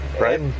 Right